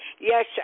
Yes